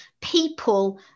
people